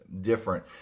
different